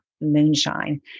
moonshine